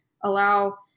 allow